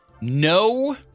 no